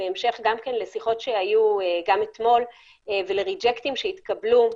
בהמשך לשיחות שהיו גם אתמול ולרג'קטים שהתקבלו,